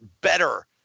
better